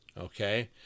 okay